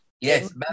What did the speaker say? Yes